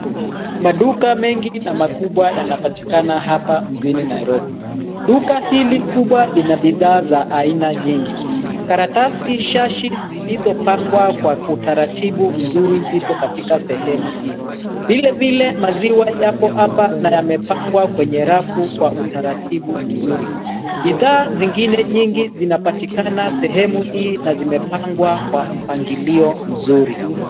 Maduka mengi na makubwa yanapatikana hapa mjini Nairobi. Duka hili kubwa lina bidhaa aina nyingi. Karatasi shashi zilizopangwa kwa utaratibu mzuri zipo katika sehemu hiii. Vile vile, maziwa yapo hapa na yamepangwa kwenye rafu kwa utaratibu mzuri. Bidhaa zingine nyingi zinapatikana sehemu hii na zimepangwa kwa mpangilio mzuri.